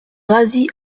razzy